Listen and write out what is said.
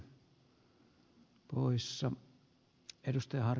arvoisa puhemies